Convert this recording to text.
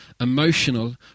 emotional